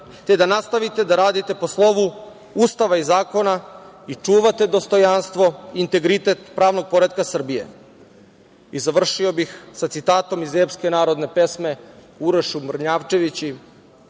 te da nastavite da radite po slovu Ustava i zakona i čuvate dostojanstvo, integritet pravnog poretka Srbije. Završio bih sa citatom iz epske narodne pesme Uroš i Mrnjavčevići